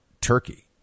Turkey